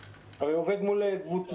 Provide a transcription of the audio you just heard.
הרי הוא עובד מול ספק,